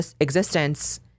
existence